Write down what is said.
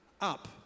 up